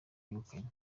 yegukanye